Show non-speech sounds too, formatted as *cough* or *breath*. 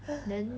*breath*